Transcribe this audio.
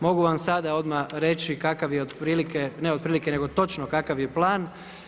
Mogu vam sada odmah reći kakav je otprilike, ne otprilike nego točno kakav je plan.